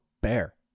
bear